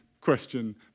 question